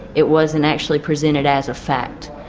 it wasn't actually presented as a fact.